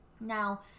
Now